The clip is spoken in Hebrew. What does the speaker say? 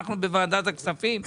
בוועדת הכספים,